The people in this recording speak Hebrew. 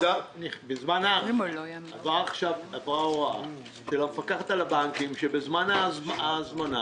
כבר עכשיו עברה הוראה של המפקחת על הבנקים שבזמן ההזמנה